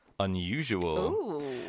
Unusual